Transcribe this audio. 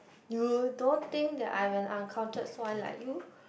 you don't think that I am a uncultured swine like you